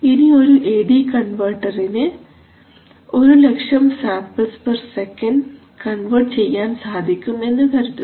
ഇനി ഒരു A D കൺവെർട്ടറിന് 100000 സാമ്പിൾസ് പെർ സെക്കൻഡ് കൺവെർട്ട് ചെയ്യാൻ സാധിക്കും എന്ന് കരുതുക